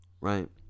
right